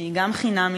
שהיא גם חינמית,